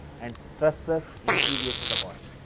and stresses interior to the body.